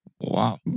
Wow